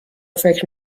فکر